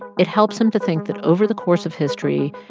it helps him to think that over the course of history,